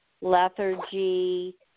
lethargy